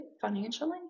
financially